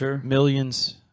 millions